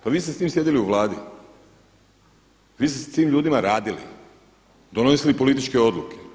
Pa vi ste s njim sjedili u Vladi, vi ste s tim ljudima radili, donosili političke odluke.